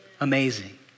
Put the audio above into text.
Amazing